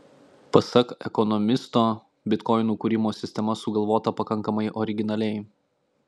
pasak ekonomisto bitkoinų kūrimo sistema sugalvota pakankamai originaliai